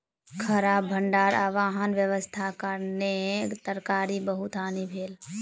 खराब भण्डार आ वाहन व्यवस्थाक कारणेँ तरकारी के बहुत हानि भेल